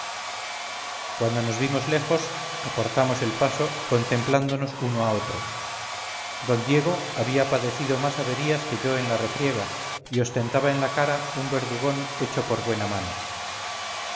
cuando nos vimos lejos acortamos el paso contemplándonos uno a otro d diego había padecido más averías que yo en la refriega y ostentaba en la cara un verdugón hecho por buena mano